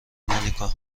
مونیکا